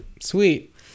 Sweet